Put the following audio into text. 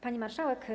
Pani Marszałek!